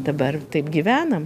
dabar taip gyvenam